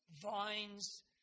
vines